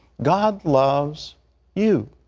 god loves you.